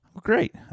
Great